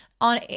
On